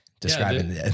describing